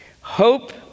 Hope